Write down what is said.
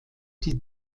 die